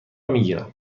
میگیرم